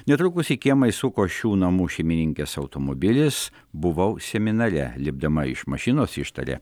netrukus į kiemą įsuko šių namų šeimininkės automobilis buvau seminare lipdama iš mašinos ištarė